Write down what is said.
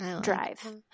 drive